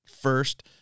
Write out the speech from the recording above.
first